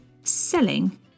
selling